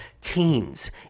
teens